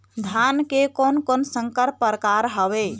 धान के कोन कोन संकर परकार हावे?